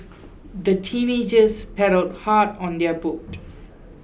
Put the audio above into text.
the teenagers paddled hard on their boat